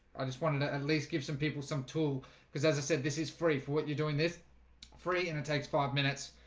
i just wanted to at least give some people some tool because as i said this is free for what you're doing this free, and it takes five minutes